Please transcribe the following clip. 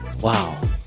Wow